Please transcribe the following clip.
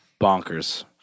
bonkers